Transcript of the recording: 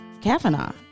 Kavanaugh